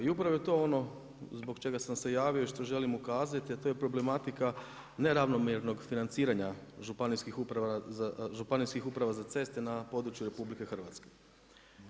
I upravo je to ono zbog čega sam se javio i što želim ukazati, a to je problematika neravnomjernog financiranja Županijskih uprava za ceste na području Republike Hrvatske.